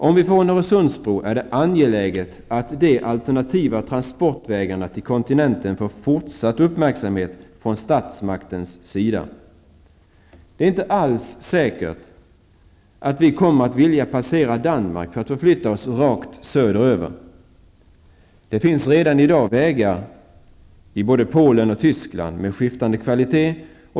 Om vi får en Öresundsbro är det angeläget att de alternativa transportvägarna till kontinenten får fortsatt uppmärksamhet från statsmaktens sida. Det är inte alls säkert att vi kommer att vilja passera Danmark för att förflytta oss rakt söder över. Det finns redan i dag vägar genom både Polen och Tyskland, med skiftande kvalitet.